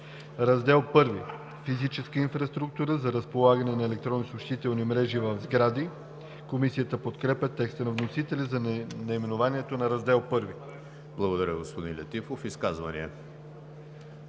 „Раздел I – Физическа инфраструктура за разполагане на електронни съобщителни мрежи в сгради“. Комисията подкрепя текста на вносителя за наименованието на Раздел I. ПРЕДСЕДАТЕЛ ЕМИЛ ХРИСТОВ: Благодаря, господин Летифов. Изказвания?